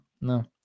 no